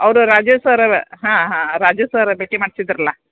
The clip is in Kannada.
ಅವರು ರಾಜೇಶ ಸರ್ ಅವ ಹಾಂ ಹಾಂ ರಾಜೇಶ ಸರ್ ಭೇಟಿ ಮಾಡಿಸಿದ್ರಲ್ಲ